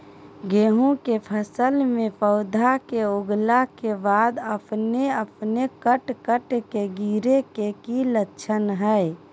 गेहूं के फसल में पौधा के उगला के बाद अपने अपने कट कट के गिरे के की लक्षण हय?